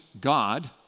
God